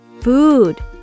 food